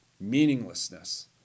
meaninglessness